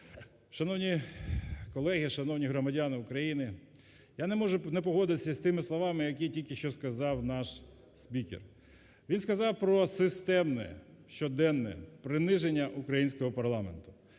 Шановні колеги, шановні громадяни України. Я не можу не погодитися з тими словами, які тільки що сказав наш спікер. Він сказав про системне, щоденне приниження українського парламенту,